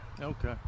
Okay